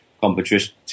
competition